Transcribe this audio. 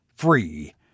free